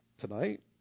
tonight